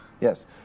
Yes